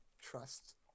trust